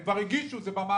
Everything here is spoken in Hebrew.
הם כבר הגישו, זה במערכת.